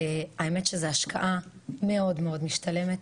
האמת שזה השקעה מאוד משתלמת,